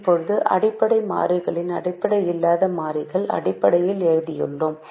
இப்போது அடிப்படை மாறிகளை அடிப்படையில்லா மாறிகள் அடிப்படையில் எழுதியுள்ளோம்